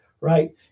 right